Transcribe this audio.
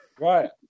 Right